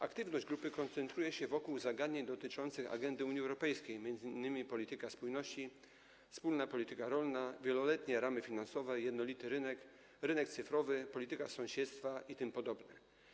Aktywność grupy koncentruje się wokół zagadnień dotyczących agendy Unii Europejskiej, m.in. polityki spójności, wspólnej polityki rolnej, wieloletnich ram finansowych, jednolitego rynku, rynku cyfrowego, polityki sąsiedztwa itd.